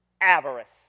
Avarice